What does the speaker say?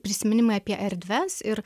prisiminimai apie erdves ir